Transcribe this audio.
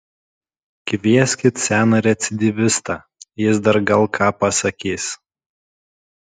kvieskit seną recidyvistą jis dar gal ką pasakys